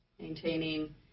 maintaining